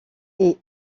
est